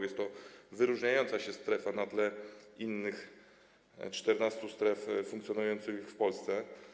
Jest to wyróżniająca się strefa na tle innych 14 stref funkcjonujących w Polsce.